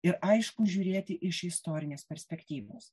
ir aišku žiūrėti iš istorinės perspektyvos